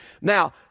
Now